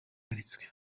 yagize